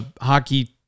hockey